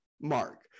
mark